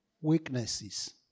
weaknesses